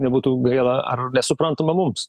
nebūtų gaila ar nesuprantama mums